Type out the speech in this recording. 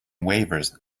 waivers